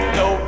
no